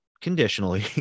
conditionally